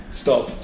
stop